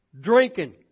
drinking